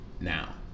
Now